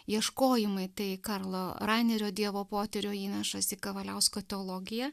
ieškojimai tai karlo ranerio dievo potyrio įnašas į kavaliausko teologiją